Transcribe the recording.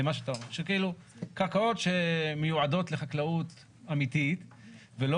שכאילו קרקעות שמיועדות לחקלאות אמיתית ולא